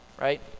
right